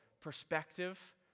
perspective